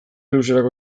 luzerako